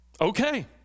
Okay